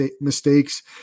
mistakes